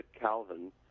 Calvin